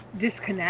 disconnect